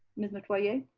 ms. metoyer?